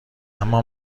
اما